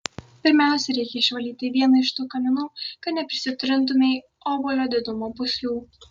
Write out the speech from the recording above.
pirmiausia reikia išvalyti vieną iš tų kaminų kad neprisitrintumei obuolio didumo pūslių